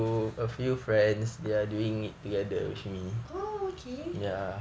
oh okay